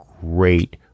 great